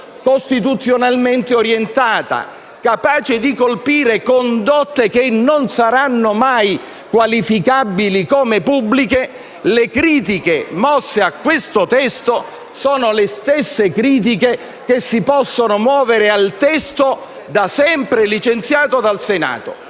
costituzionalmente orientata, capace di colpire condotte che non saranno mai qualificabili come pubbliche, le critiche mosse a questo testo sono le stesse che si possono muovere al testo da sempre licenziato dal Senato.